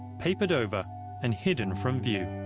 papered over and hidden from view.